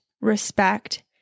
respect